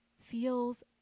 feels